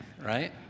right